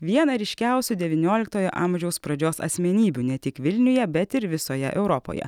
viena ryškiausių devynioliktojo amžiaus pradžios asmenybių ne tik vilniuje bet ir visoje europoje